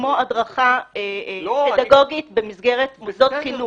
כמו הדרכה פדגוגית במסגרת מוסדות חינוך,